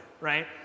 right